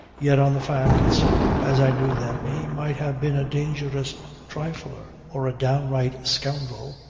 yet on the facts as i knew them he might have been a dangerous trifler or a downright scoundrel.